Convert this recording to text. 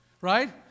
Right